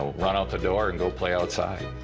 ah run out the door and go play outside.